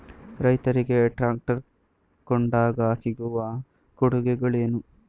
ರೈತರಿಗೆ ಟ್ರಾಕ್ಟರ್ ಕೊಂಡಾಗ ಸಿಗುವ ಕೊಡುಗೆಗಳೇನು?